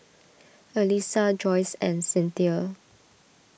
Alysa Joyce and Cynthia